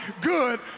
good